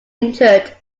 injured